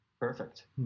Perfect